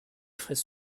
fraises